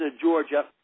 Georgia